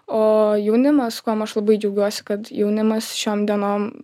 o jaunimas kuom aš labai džiaugiuosi kad jaunimas šiom dienom